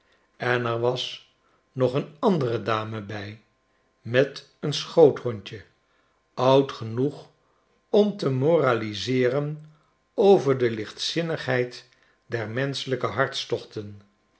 en er was nog een andere dame bij met een schoothondje oud genoeg om te moraliseeren over de lichtzinnigheid der menschelijke hartstochten